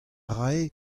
rae